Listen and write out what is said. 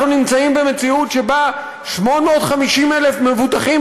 אנחנו נמצאים במציאות שבה 850,000 מבוטחים